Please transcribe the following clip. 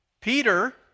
Peter